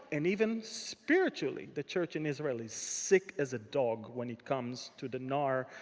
and even spiritually, the church in israel is sick as a dog when it comes to the nar.